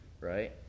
right